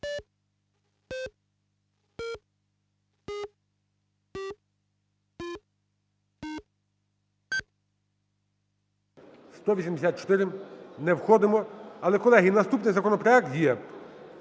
За-184 Не входимо. Але, колеги, наступний законопроект є,